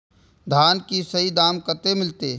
धान की सही दाम कते मिलते?